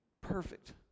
perfect